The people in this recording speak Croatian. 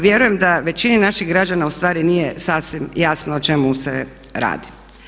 Vjerujem da većini naših građana ustvari nije sasvim jasno o čemu se radi.